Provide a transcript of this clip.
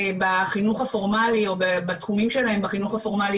בחינוך הפורמלי או בתחומים שלהם בחינוך הפורמלי